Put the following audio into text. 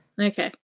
Okay